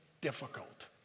difficult